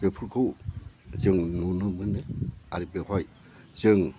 बेफोरखौ जों नुनो मोनो आरो बेवहाय जों